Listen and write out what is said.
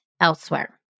elsewhere